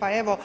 Pa evo,